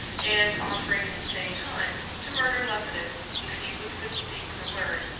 and offering, at the same time, to murder lepidus, if he would but speak the word.